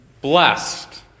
blessed